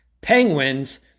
Penguins